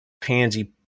pansy